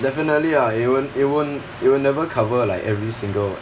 definitely lah it won't it won't it will never cover like every single